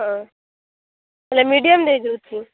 ହଁ ହେଲେ ମିଡ଼ିୟମ୍ ଦେଇ ଦଉଛି